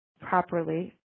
properly